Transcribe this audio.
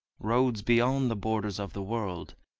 roads beyond the borders of the world.